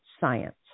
science